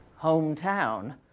hometown